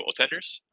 goaltenders